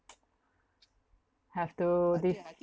have to def~